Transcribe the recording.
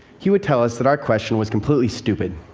he would tell us that our question was completely stupid.